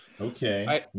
Okay